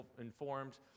informed